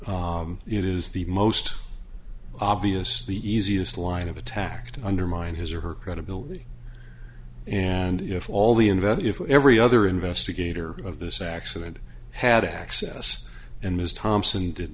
fact it is the most obvious the easiest line of attack to undermine his or her credibility and if all the invalid if every other investigator of this accident had access and ms thompson did